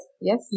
yes